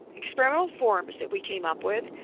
experimental forms that we came up with.